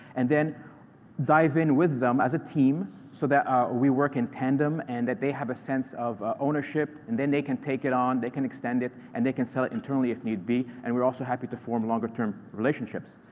and then dive in with them as a team so that we work in tandem and that they have a sense of ownership. and then they can take it on. they can extend it. and they can sell it internally if need be, and we're also happy to form longer-term relationships.